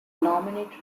nominate